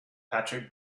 patrick